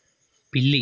పిల్లి